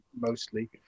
mostly